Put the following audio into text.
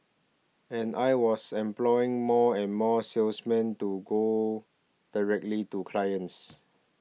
and I was employing more and more salesmen to go directly to clients